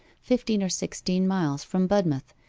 fifteen or sixteen miles from budmouth,